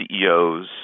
CEOs